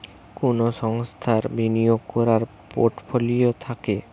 কুনো সংস্থার বিনিয়োগ কোরার পোর্টফোলিও থাকে